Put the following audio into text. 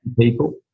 people